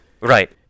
right